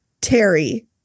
Terry